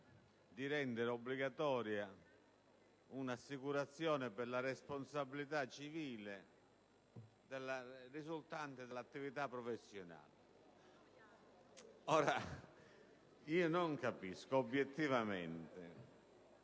di rendere obbligatoria una assicurazione per la responsabilità civile risultante dall'attività professionale. Non capisco, ai fini